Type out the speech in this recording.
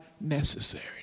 necessary